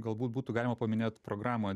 galbūt būtų galima paminėt programą